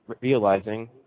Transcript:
realizing